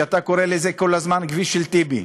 שאתה קורא לו כל הזמן "כביש של טיבי".